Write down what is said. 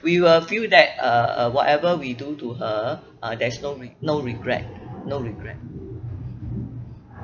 we will feel that uh uh whatever we do to her uh there's no re~ no regret no regret